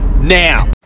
now